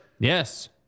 Yes